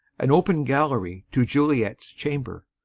an open gallery to juliet's chamber,